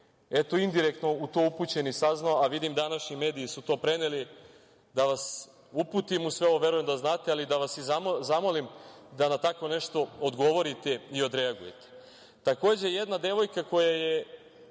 je indirektno u to upućen i saznao, a vidim da su i današnji mediji to preneli, da vas uputim u sve ovo, verujem da znate, ali i da vas zamolim da na tako nešto odgovorite i odreagujete. Takođe, jedna devojka koja je